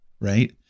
right